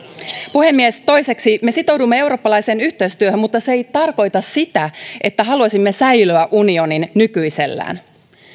puhemies toiseksi me sitoudumme eurooppalaiseen yhteistyöhön mutta se ei tarkoita sitä että haluaisimme säilöä unionin nykyisellään